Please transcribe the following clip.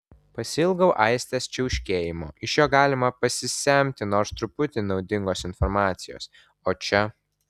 pasiilgau aistės čiauškėjimo iš jo galima pasisemti nors truputį naudingos informacijos o čia